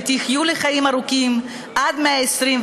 ותחיו לחיים ארוכים עד מאה-עשרים.